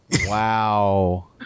Wow